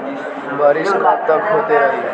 बरिस कबतक होते रही?